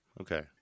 okay